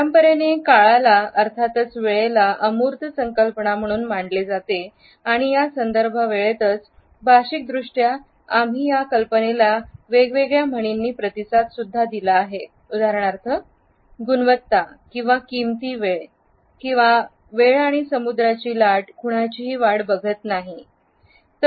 परंपरेने काळाला अमूर्त संकल्पना म्हणून मानले जाते आणि या संदर्भावेळेतच भाषिक दृष्ट्या आम्ही या कल्पनेला वेगवेगळ्या म्हणीनी प्रतिसाद दिला आहे उदाहरणार्थ "गुणवत्ता किंवा किमती वेळ" "वेळआणि समुद्राची लाट कुणाची वाट बघत नाही"